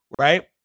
right